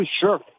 sure